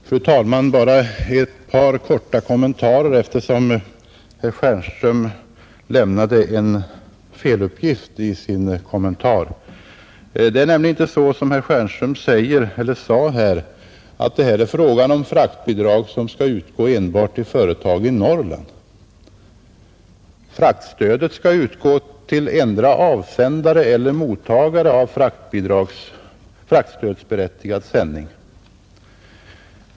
Fru talman! Bara ett par korta kommentarer, eftersom herr Stjernström lämnade en felaktig uppgift i sitt anförande. Det är nämligen inte så som herr Stjernström sade att det är fråga om fraktbidrag som skall utgå enbart till företag i Norrland. Fraktstödet skall utgå till endera avsändare eller mottagare av fraktstödsberättigad sändning.